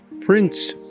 Prince